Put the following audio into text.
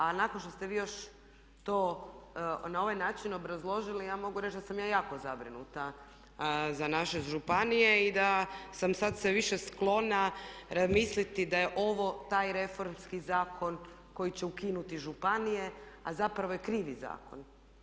A nakon što ste vi još to na ovaj način obrazložili, ja mogu reći da sam ja jako zabrinuta za naše županije i da sam sad sve više sklona misliti da je ovo taj reformski zakon koji će ukinuti županije, a zapravo je krivi zakon.